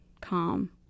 calm